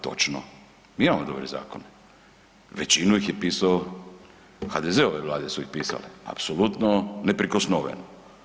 Točno, mi imamo dobre zakone, većinu ih je pisao HDZ-ove vlade su ih pisale, apsolutno neprikosnoveno.